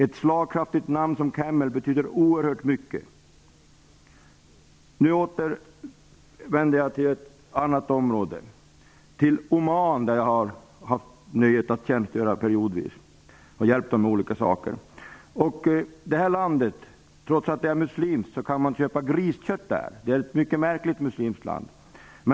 Ett slagkraftigt namn som Camel betyder oerhört mycket. I Oman, där jag har haft nöjet att tjänstgöra periodvis och hjälpa till med olika saker, får man, trots att landet är muslimskt, köpa griskött. Det är ett mycket märkligt muslimskt land.